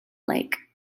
lake